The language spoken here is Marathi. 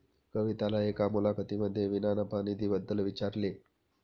कविताला एका मुलाखतीमध्ये विना नफा निधी बद्दल विचारले